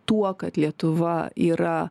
tuo kad lietuva yra